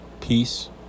peace